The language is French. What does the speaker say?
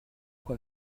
quoi